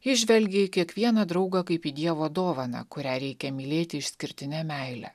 ji žvelgė į kiekvieną draugą kaip į dievo dovaną kurią reikia mylėti išskirtine meile